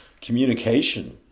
communication